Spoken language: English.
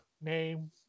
name